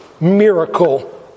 miracle